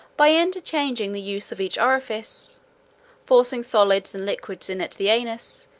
by interchanging the use of each orifice forcing solids and liquids in at the anus,